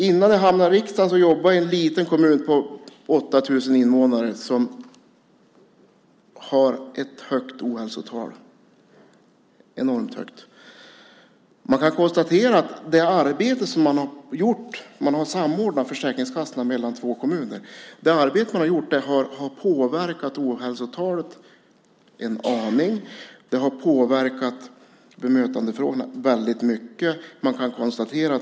Innan jag hamnade i riksdagen jobbade jag i en liten kommun med 8 000 invånare som har ett enormt högt ohälsotal. Försäkringskassornas arbete i två kommuner har samordnats. Det har påverkat ohälsotalet en aning. Det har påverkat bemötandet väldigt mycket.